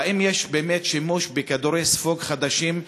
האם באמת יש שימוש בכדורי ספוג חדשים,